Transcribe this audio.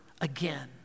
again